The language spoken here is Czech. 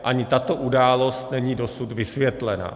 Ani tato událost není dosud vysvětlena;